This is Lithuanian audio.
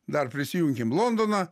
dar prisijunkim londoną